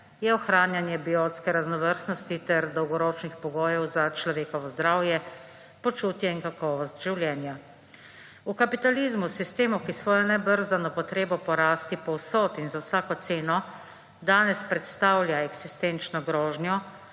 je ohranjanje biotske raznovrstnosti ter dolgoročnih pogojev za človekovo zdravje, počutje in kakovost življenja. O kapitalizmu, sistemu, ki svojo nebrzdano potrebo po rasti povsod in za vsako ceno danes predstavlja eksistenčno grožnjo